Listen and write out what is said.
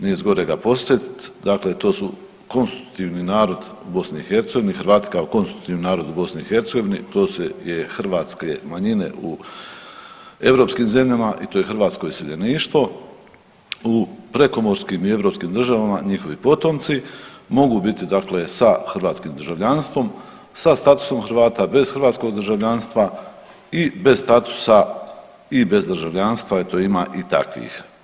Nije zgorega postavit, dakle to su konstruktivni narod u BiH, Hrvati kao konstitutivni narod u BiH to su hrvatske manjine u europskim zemljama i to je hrvatsko iseljeništvo u prekomorskim i europskim državama, njihovi potomci mogu biti sa hrvatskim državljanstvom, sa statusom Hrvata bez hrvatskog državljanstva i bez statusa i bez državljanstva, eto ima i takvih.